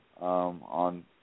On